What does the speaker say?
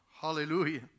Hallelujah